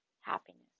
happiness